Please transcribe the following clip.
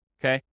okay